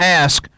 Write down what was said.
ask